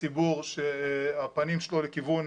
הציבור שהפנים שלו לכיוון